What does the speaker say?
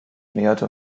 näherte